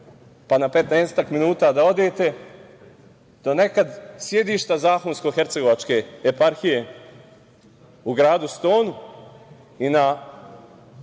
petnaestak minuta, da odete do nekad sedišta Zahumsko-hercegovačke eparhije u gradu Stonu i na